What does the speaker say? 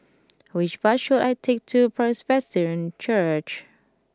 which bus should I take to Presbyterian Church